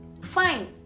Fine